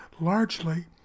largely